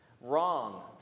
Wrong